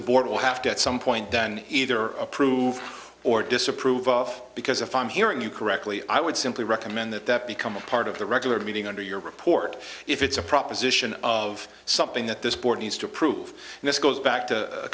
the board will have to some point done either approve or disapprove of because if i'm hearing you correctly i would simply recommend that that become a part of the regular meeting under your report if it's a proposition of something that this board needs to approve and this goes back to a